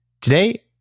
Today